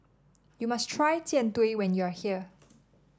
you must try Jian Dui when you are here